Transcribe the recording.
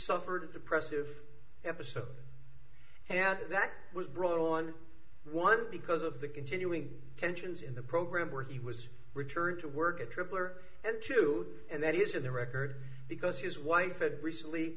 suffered depressive episode and that was brought on one because of the continuing tensions in the program where he was returned to work at tripler and two and that is in the record because his wife had recently